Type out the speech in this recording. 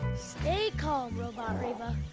stay calm, robot reba.